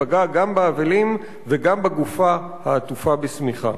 שפגע גם באבלים וגם בגופה העטופה בשמיכה.